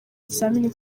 ikizamini